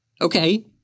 Okay